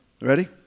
Ready